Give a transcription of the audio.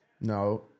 No